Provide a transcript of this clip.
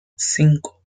cinco